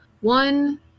One